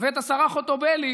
ואת השרה חוטובלי,